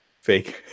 fake